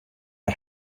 der